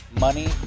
money